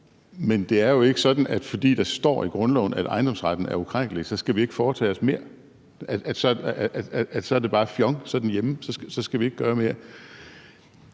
men det er ikke sådan, at fordi der står i grundloven, at ejendomsretten er ukrænkelig, så skal vi ikke foretage os mere. Så er det bare fjong, så er den hjemme, og så skal vi ikke gøre mere.